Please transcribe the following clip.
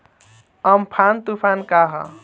Amphan तुफान का ह?